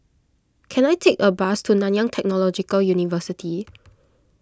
can I take a bus to Nanyang Technological University